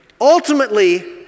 Ultimately